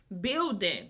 building